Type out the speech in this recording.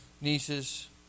nieces